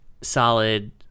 solid